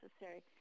necessary